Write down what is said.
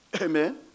Amen